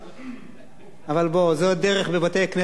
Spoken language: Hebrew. אבל זו הדרך בבתי-הכנסת,